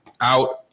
out